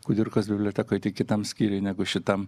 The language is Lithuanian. kudirkos bibliotekoj tik kitam skyriui negu šitam